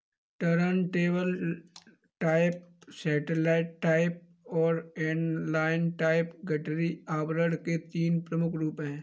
turntable type, satellite type और inline type गठरी आवरण के तीन मुख्य रूप है